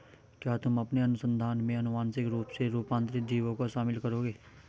क्या तुम अपने अनुसंधान में आनुवांशिक रूप से रूपांतरित जीवों को शामिल करोगे?